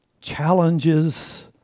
challenges